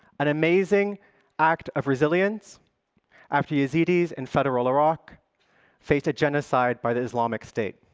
an amazing act of resilience after yazidis in federal iraq faced a genocide by the islamic state.